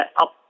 up